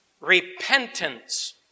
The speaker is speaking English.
repentance